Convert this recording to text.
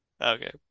Okay